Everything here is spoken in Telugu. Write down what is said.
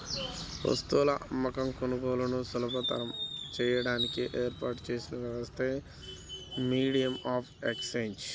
వస్తువుల అమ్మకం, కొనుగోలులను సులభతరం చేయడానికి ఏర్పాటు చేసిన వ్యవస్థే మీడియం ఆఫ్ ఎక్సేంజ్